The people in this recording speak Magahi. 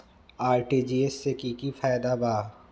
आर.टी.जी.एस से की की फायदा बा?